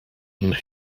and